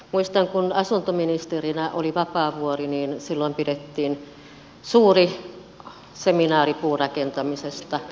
muistan kun asuntoministerinä oli vapaavuori niin silloin pidettiin suuri seminaari puurakentamisesta